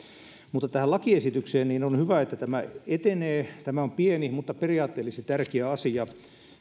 mutta tähän lakiesitykseen on hyvä että tämä etenee tämä on pieni mutta periaatteellisesti tärkeä asia